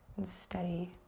and steady.